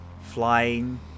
flying